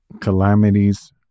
calamities